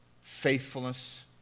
faithfulness